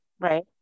right